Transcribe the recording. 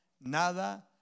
nada